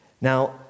Now